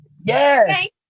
Yes